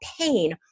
pain